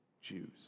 Jews